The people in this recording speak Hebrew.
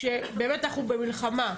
באמת אנחנו במלחמה,